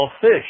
fish